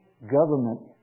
government